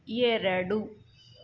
ಎರಡು